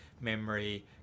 memory